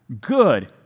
Good